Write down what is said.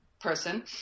person